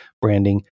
branding